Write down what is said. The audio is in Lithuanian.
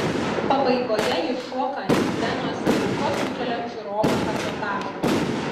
pabaigoje ji šoka ant scenos ir tuo sukelia žiūrovų ažiotažą